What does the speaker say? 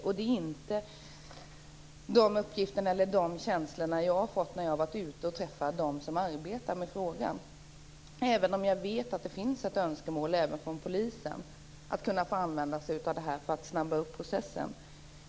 Jag har inte fått de uppgifterna och de känslorna när jag har varit ute och träffat dem som arbetar med frågan. Men jag vet att det finns ett önskemål även från polisen att kunna få använda detta för att snabba upp processen.